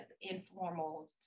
informal